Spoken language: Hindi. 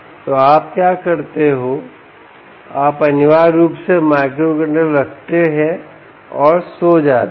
तो आप क्या करते हो आप अनिवार्य रूप से माइक्रोकंट्रोलर रखते हैं और सो जाते हैं